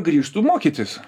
grįžtu mokytis